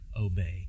obey